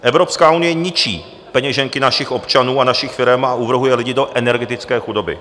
Evropská unie ničí peněženky našich občanů a našich firem a uvrhuje lidi do energetické chudoby.